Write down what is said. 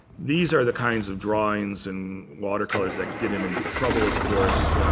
these are the kinds of drawings and watercolors that get him into trouble, of course.